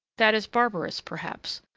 that is barbarous, perhaps,